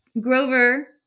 Grover